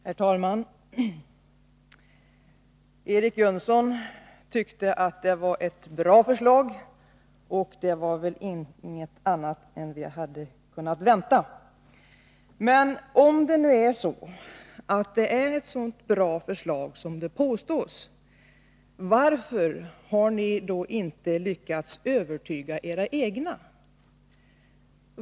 Herr talman! Eric Jönsson tyckte att det var ett bra förslag, och något annat kunde man väl inte vänta sig. Men om förslaget är så bra som det påstås, varför har ni då inte lyckats övertyga era egna?